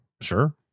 Sure